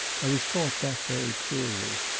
i was taught that very cruelly.